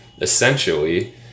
essentially